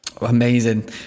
Amazing